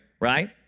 right